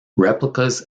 replicas